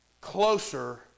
closer